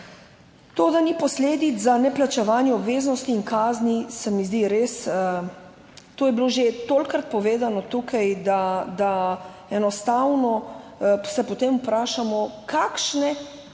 To, da ni posledic za neplačevanje obveznosti in kazni, se mi zdi res ... To je bilo že tolikokrat povedano tukaj, da enostavno se potem vprašamo, kakšne vzvode